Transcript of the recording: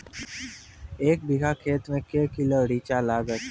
एक बीघा खेत मे के किलो रिचा लागत?